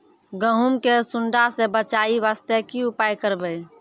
गहूम के सुंडा से बचाई वास्ते की उपाय करबै?